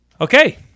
Okay